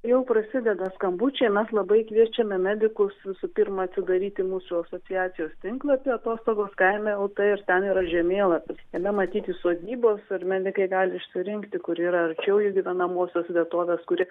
jau prasideda skambučiai mes labai kviečiame medikus visų pirma atsidaryti mūsų asociacijos tinklapį atostogos kaime lt ir ten yra žemėlapis jame matyti sodybos ir medikai gali išsirinkti kur yra arčiau jų gyvenamosios vietovės kuri